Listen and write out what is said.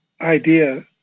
idea